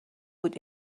بود